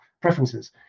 preferences